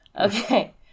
Okay